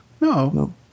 no